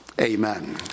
Amen